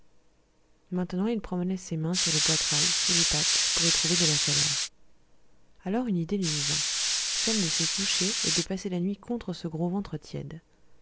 maintenant il promenait ses mains sur le poitrail sous les pattes pour y trouver de la chaleur alors une idée lui vint celle de se coucher et de passer la nuit contre ce gros ventre tiède